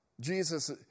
Jesus